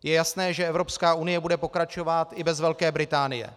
Je jasné, že Evropská unie bude pokračovat i bez Velké Británie.